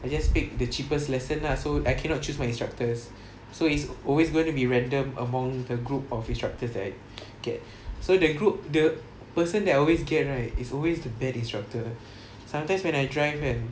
I just pick the cheapest lesson lah so I cannot choose my instructors so it's always gonna be random among the group of instructors just that I get the group the person I always get right is always the bad instructor sometimes when I drive and